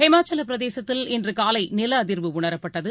ஹிமாச்சலபிரதேசத்தில் இன்றுகாலைநிலஅதிர்வு உணரப்பட்டது